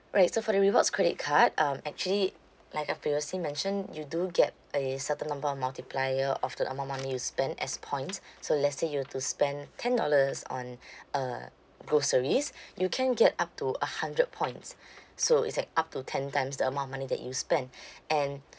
right so for the rewards credit card um actually like I've previously mentioned you do get a certain number of multiplier of the amount of money you spend as points so let's say you've to spend ten dollars on uh groceries you can get up to a hundred points so it's like up to ten times the amount of money that you spend and